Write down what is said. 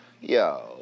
yo